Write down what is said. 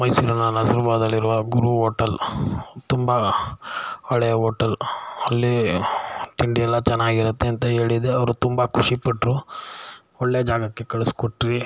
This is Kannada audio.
ಮೈಸೂರಿನ ನಝರ್ಬಾದ್ ಅಲ್ಲಿರುವ ಗುರು ಓಟೆಲ್ ತುಂಬ ಹಳೇ ಓಟೆಲ್ ಅಲ್ಲಿ ತಿಂಡಿ ಎಲ್ಲ ಚೆನ್ನಾಗಿರುತ್ತೆ ಅಂತ ಹೇಳಿದೆ ಅವರು ತುಂಬ ಖುಷಿಪಟ್ಟರು ಒಳ್ಳೆಯ ಜಾಗಕ್ಕೆ ಕಳಿಸಿಕೊಟ್ರಿ